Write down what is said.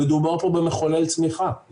מדובר פה במחולל צמיחה.